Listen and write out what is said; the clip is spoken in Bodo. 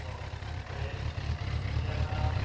अ ओमफ्राय दैया दा